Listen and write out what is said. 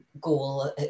goal